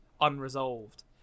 unresolved